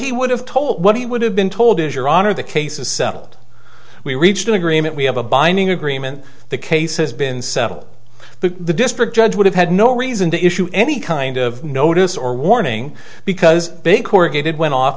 he would have told what he would have been told is your honor the case is settled we reached an agreement we have a binding agreement the case has been settled the district judge would have had no reason to issue any kind of notice or warning because they corrugated went off